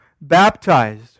baptized